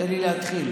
מה זה קשור להצעה?